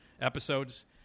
episodes